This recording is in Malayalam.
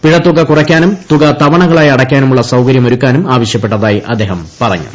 പിഴത്തുക കുറയ്ക്കാനും തുക തവണകളായി അടയ്ക്കാനുള്ള സൌകര്യം ഒരുക്കാനും ആവശ്യപ്പെട്ടതായി അദ്ദേഹം പറഞ്ഞു